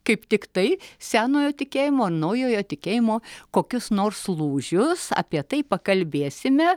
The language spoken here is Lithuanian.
kaip tiktai senojo tikėjimo ir naujojo tikėjimo kokius nors lūžius apie tai pakalbėsime